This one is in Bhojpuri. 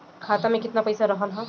खाता में केतना पइसा रहल ह?